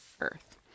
earth